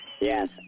yes